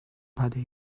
body